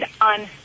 on